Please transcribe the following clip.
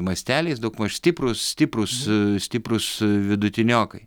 masteliais daugmaž stiprūs stiprūs stiprūs vidutiniokai